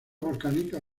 volcánicas